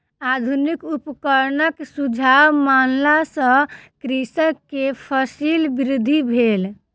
आधुनिक उपकरणक सुझाव मानला सॅ कृषक के फसील वृद्धि भेल